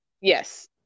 yes